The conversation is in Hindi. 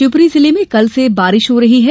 शिवपुरी जिले में कल से बारिश हो रही है